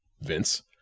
Vince